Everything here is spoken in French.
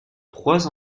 trois